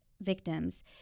victims